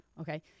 Okay